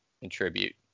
contribute